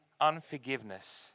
unforgiveness